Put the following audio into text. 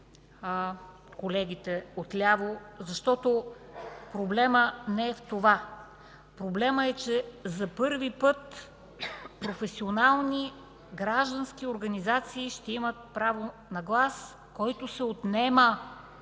колегите отляво, защото проблемът не е в това. Проблемът е, че за първи път професионални, граждански организации ще имат право на глас, който се отнема